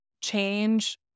change